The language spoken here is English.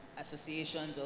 associations